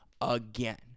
again